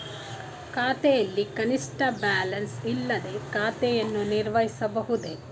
ಖಾತೆಯಲ್ಲಿ ಕನಿಷ್ಠ ಬ್ಯಾಲೆನ್ಸ್ ಇಲ್ಲದೆ ಖಾತೆಯನ್ನು ನಿರ್ವಹಿಸಬಹುದೇ?